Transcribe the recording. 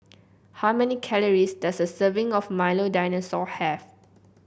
how many calories does a serving of Milo Dinosaur have